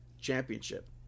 championship